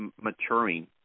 maturing